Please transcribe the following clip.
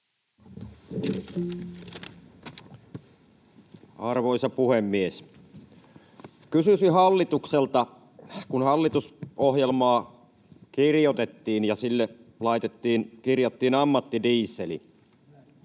Arvoisa puhemies! Kun hallitusohjelmaa kirjoitettiin ja sinne kirjattiin ammattidiesel,